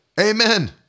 Amen